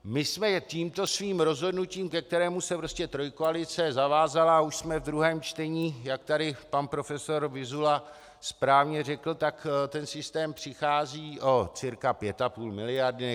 My jsme tímto svým rozhodnutím, ke kterému se trojkoalice zavázala, a už jsme v druhém čtení, jak tady pan profesor Vyzula správně řekl, tak systém přichází o cca 5,5 mld..